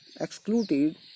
excluded